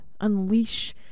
unleash